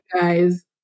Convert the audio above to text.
guys